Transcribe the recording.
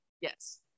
Yes